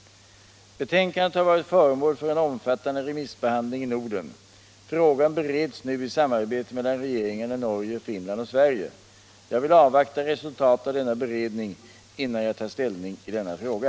Betänkandet har varit föremål för en omfattande remissbehandling i Norden. Frågan bereds nu i samarbete mellan regeringarna i Norge, Finland och Sverige. Jag vill avvakta resultatet av denna beredning innan jag tar ställning i denna fråga.